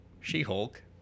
She-Hulk